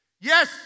Yes